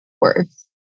words